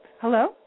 Hello